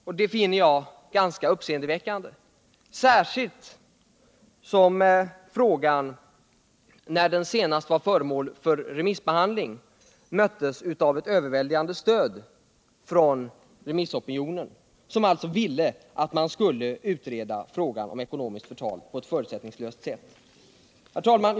Detta finner jag ganska uppseendeväckande, särskilt som frågan när den senast var föremål för remissbehandling fick ett överväldigande stöd av remissopinionen som ville att man skulle utreda den på ett förutsättningslöst sätt. Herr talman!